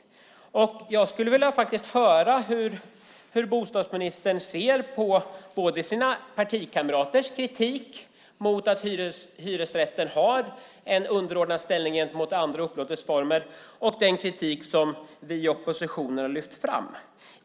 Jag skulle vilja höra hur bostadsministern ser på sina partikamraters kritik mot att hyresrätten har en underordnad ställning i förhållande till andra upplåtelseformer och den kritik som vi i oppositionen har lyft fram.